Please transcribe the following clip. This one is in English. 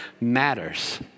matters